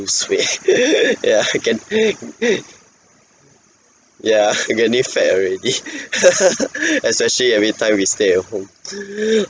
lose weight ya can ya getting fat already especially everytime we stay at home